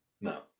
No